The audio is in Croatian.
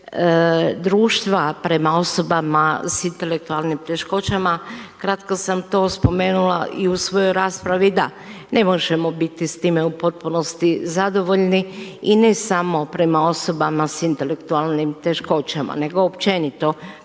društva prema osoba sa intelektualnim teškoćama kratko sam to spomenula i u svojoj raspravi. Da, ne možemo biti s time u potpunosti zadovoljni i ne samo prema osobama sa intelektualnim teškoćama nego općenito